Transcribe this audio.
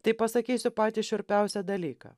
tai pasakysiu patį šiurpiausią dalyką